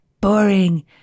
Boring